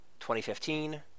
2015